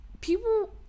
people